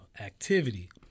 activity